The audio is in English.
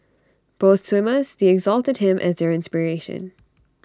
both swimmers they exalted him as their inspiration